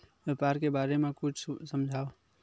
व्यापार के बारे म कुछु समझाव?